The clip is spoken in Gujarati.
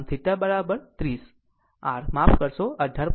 આમ થેટા r 30 r માફ કરશો 18